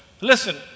Listen